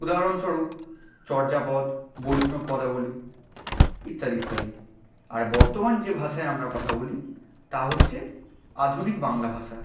উদাহরণস্বরূপ চর্যাপদ বৈষ্ণব পদাবলী ইত্যাদি ইত্যাদি আর বর্তমান যে ভাষায় আমরা কথা বলি তা হচ্ছে আধুনিক বাংলা ভাষা